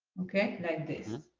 okay? like this.